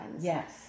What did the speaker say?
Yes